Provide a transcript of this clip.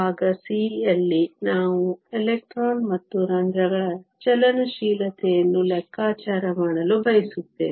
ಭಾಗ ಸಿ ಯಲ್ಲಿ ನಾವು ಎಲೆಕ್ಟ್ರಾನ್ ಮತ್ತು ರಂಧ್ರಗಳ ಚಲನಶೀಲತೆಯನ್ನು ಲೆಕ್ಕಾಚಾರ ಮಾಡಲು ಬಯಸುತ್ತೇವೆ